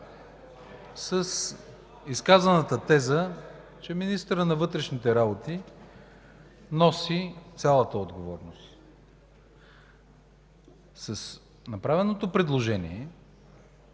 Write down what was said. с изказаната теза, че министърът на вътрешните работи носи цялата отговорност. С направеното предложение